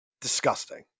Disgusting